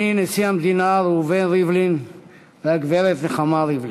אדוני נשיא המדינה ראובן ריבלין והגברת נחמה ריבלין,